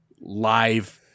live